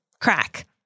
crack